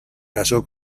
casó